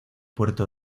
puerto